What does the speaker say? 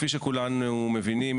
כפי שכולנו מבינים,